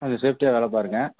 கொஞ்சம் சேஃப்டியாக வேலை பாருங்க